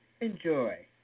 enjoy